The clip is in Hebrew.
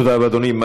תודה רבה, אדוני.